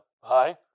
hi